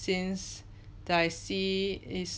things that I see is